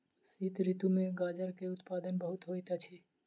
शीत ऋतू में गाजर के उत्पादन बहुत होइत अछि